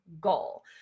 goal